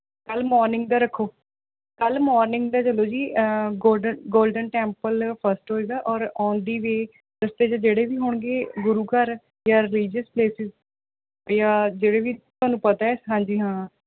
ਕੱਲ੍ਹ ਮੌਰਨਿੰਗ ਦਾ ਰੱਖੋ ਕੱਲ੍ਹ ਮੌਰਨਿੰਗ ਦਾ ਚੱਲੋ ਜੀ ਗੌਲਡਨ ਗੌਲਡਨ ਟੈਂਪਲ ਫਸਟ ਹੋਵੇਗਾ ਔਰ ਓਨ ਦ ਵੇਅ ਰਸਤੇ 'ਚ ਜਿਹੜੇ ਵੀ ਹੋਣਗੇ ਗੁਰੂ ਘਰ ਜਾਂ ਰੀਲੀਜੀਏਸ ਪਲੇਸਿਜ਼ 'ਤੇ ਜਾਂ ਜਿਹੜੇ ਵੀ ਤੁਹਾਨੂੰ ਪਤਾ ਹੈ ਹਾਂਜੀ ਹਾਂ